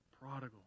prodigal